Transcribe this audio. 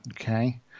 Okay